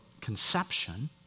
conception